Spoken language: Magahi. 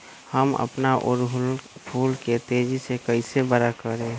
हम अपना ओरहूल फूल के तेजी से कई से बड़ा करी?